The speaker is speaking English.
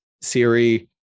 Siri